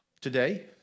Today